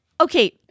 okay